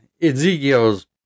Ezekiel's